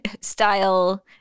style